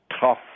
tough